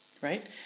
Right